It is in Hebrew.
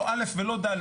לא א' ולא ד',